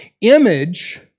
Image